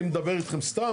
אני מדבר אתכם סתם?